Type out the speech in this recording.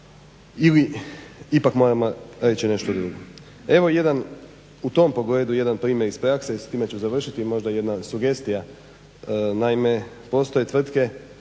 ili ipak moramo reći nešto drugo. Evo jedan u tom pogledu primjer iz prakse i s time ću završiti, i možda jedna sugestija. Naime, postoje tvrtke,